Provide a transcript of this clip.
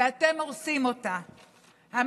ויחד אמרנו מילה: וואו,